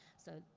so,